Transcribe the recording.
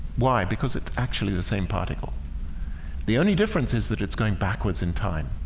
why because it's actually the same particle the only difference is that it's going backwards in time